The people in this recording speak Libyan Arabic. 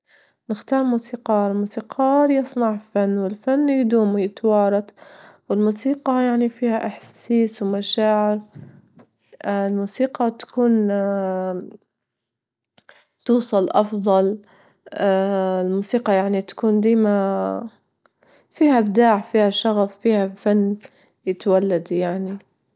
نختار موسيقار، الموسيقار يصنع فن، والفن يدوم ويتوارث، والموسيقى يعني فيها أحاسيس ومشاعر الموسيقى تكون توصل أفضل الموسيقى يعني تكون ديما فيها إبداع، فيها شغف، فيها فن يتولد يعني.